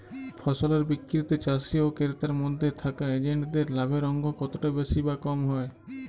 ফসলের বিক্রিতে চাষী ও ক্রেতার মধ্যে থাকা এজেন্টদের লাভের অঙ্ক কতটা বেশি বা কম হয়?